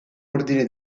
ordine